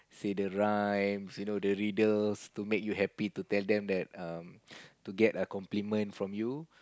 say the rhymes you know the riddles to make you happy to tell them that um to get a compliment from you